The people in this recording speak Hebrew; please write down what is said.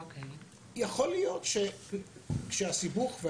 יכול להיות שכשהסיבוך,